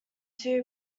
two